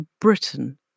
Britain